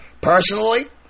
Personally